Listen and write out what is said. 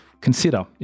consider